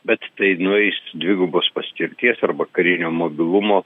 bet tai nueis dvigubos paskirties arba karinio mobilumo